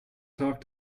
talk